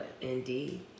Indeed